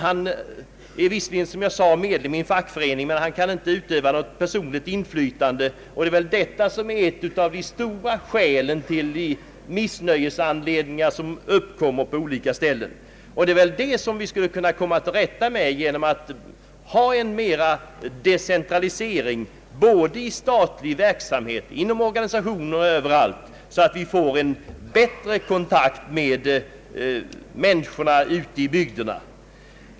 Han är visserligen medlem i en fackförening, men han kan inte utöva något personligt inflytande, och det är ett av de stora skälen till det missnöje som uppkommer på olika ställen. Vi borde kunna komma till rätta med det genom en större decentralisering, i statlig verksamhet, inom «organisationerna och överallt, så att det bli bättre kontakt med människorna ute i bygderna.